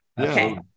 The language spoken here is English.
Okay